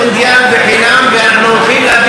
אנחנו הבאנו את המונדיאל בחינם ואנחנו הולכים להביא את